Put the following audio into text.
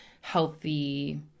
healthy